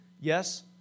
Yes